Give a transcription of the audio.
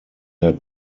der